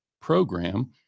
program